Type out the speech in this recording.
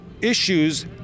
issues